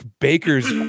Baker's